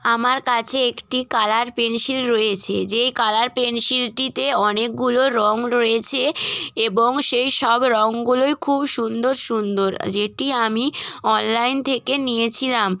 আমার কাছে একটি কালার পেনসিল রয়েছে যে কালার পেনসিলটিতে অনেকগুলো রং রয়েছে এবং সেই সব রংগুলোই খুব সুন্দর সুন্দর যেটি আমি অনলাইন থেকে নিয়েছিলাম